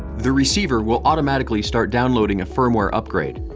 the receiver will automatically start downloading a firmware upgrade,